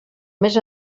més